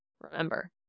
remember